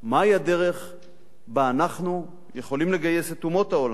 מהי הדרך שבה אנחנו יכולים לגייס את אומות העולם,